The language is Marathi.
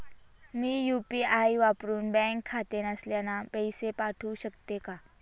मी यू.पी.आय वापरुन बँक खाते नसलेल्यांना पैसे पाठवू शकते का?